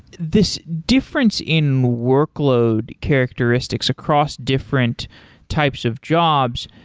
this difference in workload characteristics across different types of jobs,